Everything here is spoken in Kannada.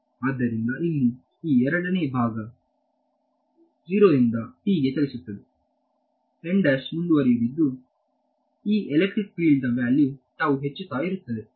ಆದ್ದರಿಂದ ಇಲ್ಲಿ ಈ ಎರಡನೇ ಭಾಗ 0 ರಿಂದ ಚಲಿಸುತ್ತಿದೆ ಮುಂದುವರೆದಿದ್ದು ಈ ಎಲೆಕ್ಟ್ರಿಕ್ ಫೀಲ್ಡ್ ವ್ಯಾಲ್ಯೂ ಹೆಚ್ಚುತ್ತ ಇರುತ್ತದೆ